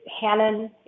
hannon